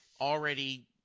already